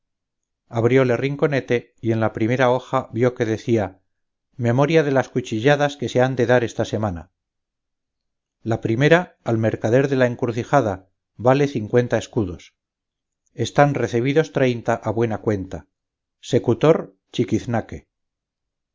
abrióle rinconete y en la primera hoja vio que decía memoria de las cuchilladas que se han de dar esta semana la primera al mercader de la encrucijada vale cincuenta escudos están recebidos treinta a buena cuenta secutor